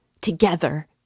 together